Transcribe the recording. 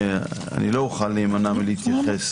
ולא אוכל להימנע מלהתייחס